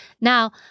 Now